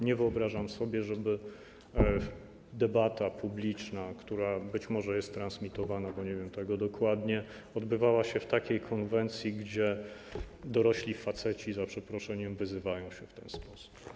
Nie wyobrażam sobie, żeby debata publiczna, która być może jest transmitowana, bo nie wiem tego dokładnie, odbywała się w takiej konwencji, gdzie dorośli faceci, za przeproszeniem, wyzywają się w ten sposób.